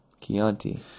Chianti